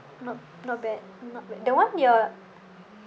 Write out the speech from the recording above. not not bad not bad the one you're